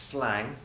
Slang